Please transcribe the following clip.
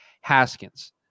Haskins